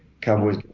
cowboys